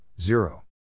zero